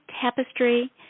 Tapestry